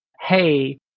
Hey